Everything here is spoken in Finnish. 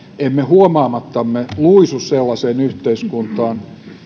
emme huomaamattamme luisu sellaiseen yhteiskuntaan